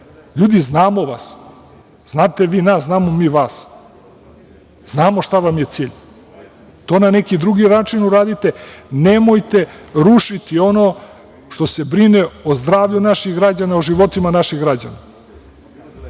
LJudi, znamo vas. Znate vi nas, znamo mi vas. Znamo šta vam je cilj. To na neki drugi način uradite, nemojte rušiti ono što se brine o zdravlju naših građana, o životima naših građana.